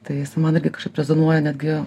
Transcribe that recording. tai jis man irgi kažkaip rezonuoja netgi